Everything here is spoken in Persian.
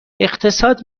اقتصاد